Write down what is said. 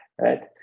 right